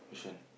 which one